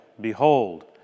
behold